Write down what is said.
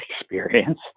experience